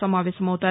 సమావేశమవుతారు